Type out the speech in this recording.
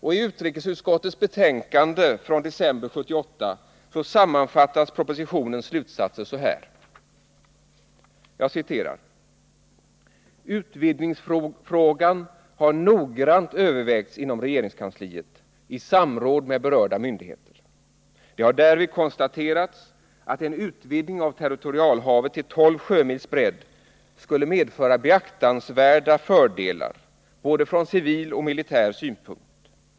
I utrikesutskottets betänkande från december 1978 sammanfattas propositionens slutsatser så här: ”Utvidgningsfrågan har noggrant övervägts inom regeringskansliet i samråd med berörda myndigheter. Det har därvid konstaterats att en utvidgning av territorialhavet till 12 sjömils bredd skulle medföra beaktansvärda fördelar från både civil och militär synpunkt.